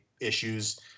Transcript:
issues